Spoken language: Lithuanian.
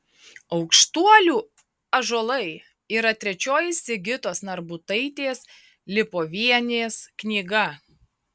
aukštuolių ąžuolai yra trečioji sigitos narbutaitės lipovienės knyga